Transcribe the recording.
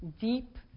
deep